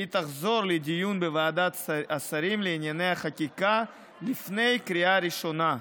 והיא תחזור לדיון בוועדת השרים לענייני חקיקה לפני קריאה ראשונה.